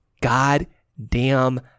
goddamn